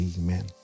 Amen